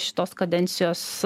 šitos kadencijos